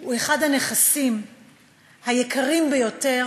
הוא אחד הנכסים היקרים ביותר